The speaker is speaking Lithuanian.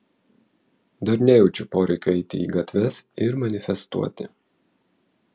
dar nejaučiu poreikio eiti į gatves ir manifestuoti